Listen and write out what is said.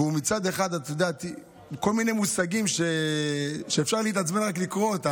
והוא מצד אחד כולל כול מיני מושגים שאפשר להתעצבן רק מלקרוא אותם,